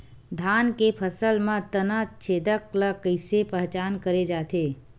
धान के फसल म तना छेदक ल कइसे पहचान करे जाथे?